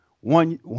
One